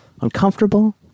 uncomfortable